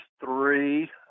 three